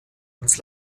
ins